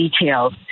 details